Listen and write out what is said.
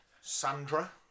Sandra